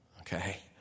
Okay